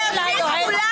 רגע,